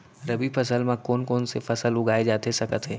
रबि फसल म कोन कोन से फसल उगाए जाथे सकत हे?